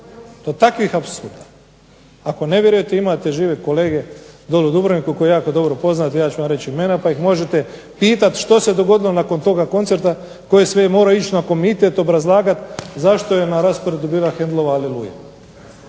do takvih apsurda. Ako ne vjerujete imate žive kolege dolje u Dubrovniku koje jako dobro poznate, ja ću vam reći imena pa ih možete pitati što se dogodilo nakon toga koncerta, tko je sve morao ići na komitet obrazlagati zašto je na rasporedu bila Haendelova "Aleluja".